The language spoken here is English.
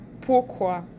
pourquoi